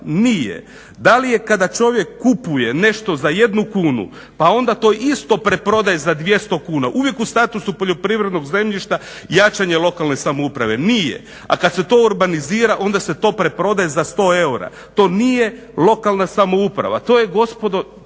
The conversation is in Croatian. Nije. Da li je kada čovjek kupuje nešto za jednu kunu pa onda to isto preprodaje za dvjesto kuna uvijek u statusu poljoprivrednog zemljišta jačanje lokalne samouprave? Nije. A kad se to urbanizira onda se to preprodaje za sto eura. To nije lokalna samouprava, to je gospodo